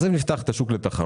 אם נפתח את השוק לתחרות,